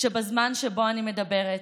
שבזמן שאני מדברת,